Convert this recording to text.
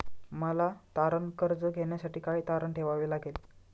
मला तारण कर्ज घेण्यासाठी काय तारण ठेवावे लागेल?